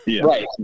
Right